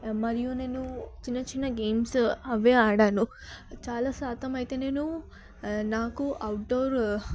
మరియు నేను చిన్న చిన్న గేమ్స్ అవి ఆడాను చాలా శాతం అయితే నేను నాకు అవుట్డోర్